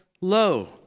low